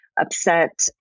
upset